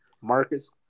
Marcus